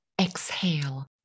exhale